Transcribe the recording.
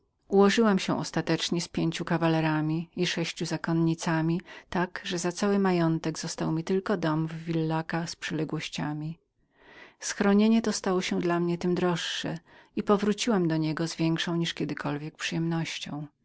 ułożyłam się ostatecznie z pięcią kawalerami i sześcią zakonnicami tak że za cały majątek został mi tylko w villaca dom z przyległościami schronienie to stało się tem dla mnie droższem i powróciłam do niego z większą jak kiedykolwiek przyjemnością